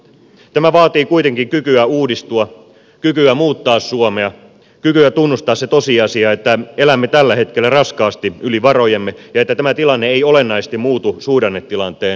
tämä vaatii kuitenkin kykyä uudistua kykyä muuttaa suomea kykyä tunnustaa se tosiasia että elämme tällä hetkellä raskaasti yli varojemme ja että tämä tilanne ei olennaisesti muutu suhdannetilanteen parantuessa